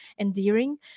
endearing